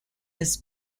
this